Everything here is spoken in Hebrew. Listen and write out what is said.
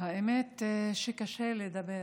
האמת שקשה לדבר